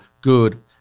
good